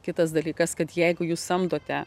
kitas dalykas kad jeigu jūs samdote